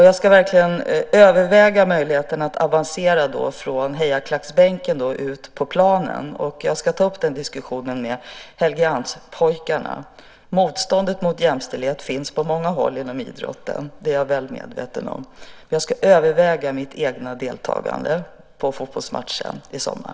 Jag ska verkligen överväga möjligheten att avancera från hejarklacksbänken och ut på planen. Jag ska ta upp diskussionen med Helgeandspojkarna. Motståndet mot jämställdhet finns på många håll inom idrotten. Det är jag väl medveten om. Jag ska överväga mitt eget deltagande i fotbollsmatchen i sommar.